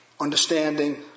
Understanding